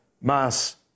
mass